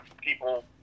people